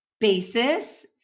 basis